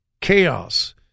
chaos